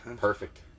perfect